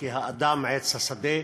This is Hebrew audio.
"כי האדם עץ השדה"